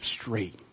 straight